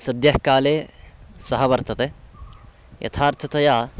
सद्यः काले सः वर्तते यथार्थतया